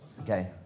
Okay